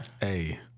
Hey